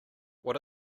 what